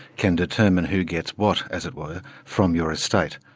can determine who gets what, as it were, from your estate.